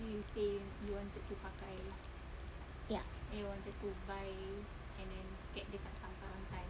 ya